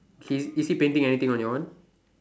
K is he painting anything on your one